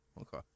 okay